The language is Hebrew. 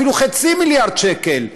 אפילו חצי מיליארד שקל,